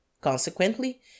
Consequently